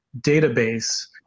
database